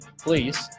please